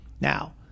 Now